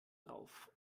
drauf